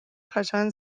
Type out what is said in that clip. jasan